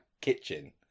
kitchen